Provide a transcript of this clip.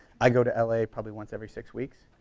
i go to l a. probably once every six weeks.